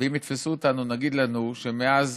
ואם יתפסו אותנו נגיד להם שמאז